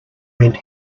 went